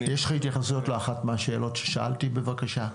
2021. יש לך התייחסות לאחת מהשאלות ששאלתי בבקשה?